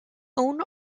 own